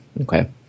okay